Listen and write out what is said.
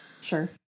sure